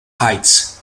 heights